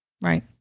Right